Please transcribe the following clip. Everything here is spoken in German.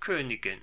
königin